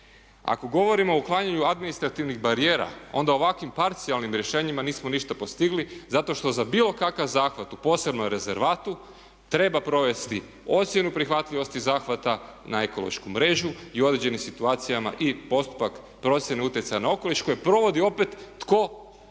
Ako govorimo o uklanjanju administrativnih barijera onda ovakvim parcijalnim rješenjima nismo ništa postigli zato što za bilo kakav zahvat u posebnom rezervatu treba provesti ocjenu prihvatljivosti zahvata na ekološkom režu i određenim situacijama i postupak procjene utjecaja na okoliš koje provodi opet tko,